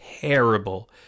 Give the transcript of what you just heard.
terrible